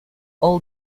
all